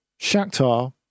Shakhtar